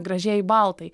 gražiai baltai